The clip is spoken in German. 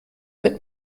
mit